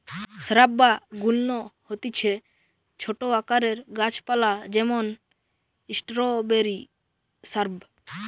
shrub বা গুল্ম হতিছে ছোট আকারের গাছ পালা যেমন স্ট্রওবেরি শ্রাব